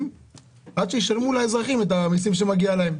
עד שישלמו לאזרחים את מה שמגיע להם.